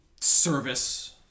service